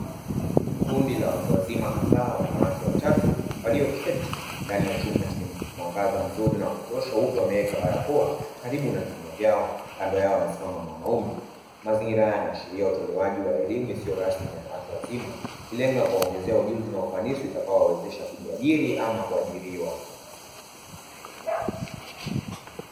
Kundi la watu waziama kadhaa wanawake watatu walioketi ndani ya chumba chenye mwangaza mzuri na wakutosha, huku wameweka barakoa karibu na vinywa vyao kando yao amesimama mwanaume, mazingira haya yanaashiria utolewaji wa elimu isiyo rasmi na yawatu wazima ikilenga kuwaongezea ujuzia na ufanisi utakawo wawezesha kujiajiri ama kuajiriwa.